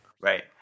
Right